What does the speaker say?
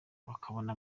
bakabona